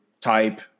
type